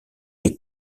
des